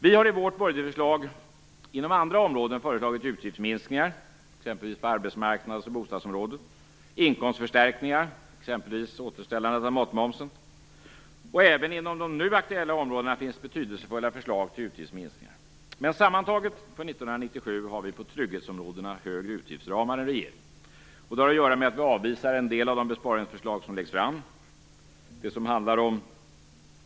Vi har i vårt budgetförlag föreslagit utgiftsminskningar inom andra områden, t.ex. arbetsmarknadsoch bostadsområdet, samt inkomstförstärkningar, t.ex. återställande av matmomsen. Även inom de nu aktuella områdena finns betydelsefulla förslag till utgiftsminskningar. Men för 1997 har vi sammantaget på trygghetsområdena större utgiftsramar än regeringen. Det har att göra med att vi avvisar en del av de besparingsförslag som läggs fram. Det gäller förslagen om